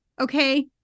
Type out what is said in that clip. okay